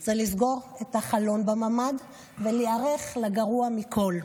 זה לסגור את החלון בממ"ד ולהיערך לגרוע מכול.